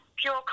Pure